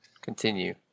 continue